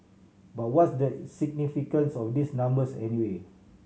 but what's the significance of these numbers anyway